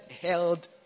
held